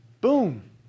Boom